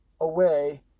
away